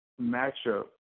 matchup